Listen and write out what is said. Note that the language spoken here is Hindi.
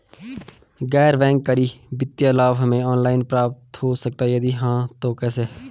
गैर बैंक करी वित्तीय लाभ हमें ऑनलाइन प्राप्त हो सकता है यदि हाँ तो कैसे?